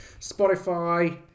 Spotify